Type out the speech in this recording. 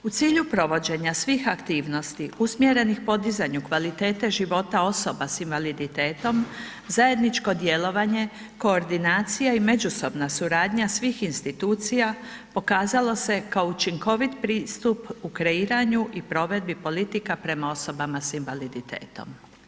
U cilju provođenja svih aktivnosti usmjerenih podizanju kvalitete života osoba s invaliditetom, zajedničko djelovanje, koordinacija i međusobna suradnja svih institucija, pokazalo se kao učinkovit pristup u kreiranju i provedbi politika prema osobama s invaliditetom.